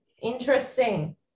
Interesting